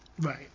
Right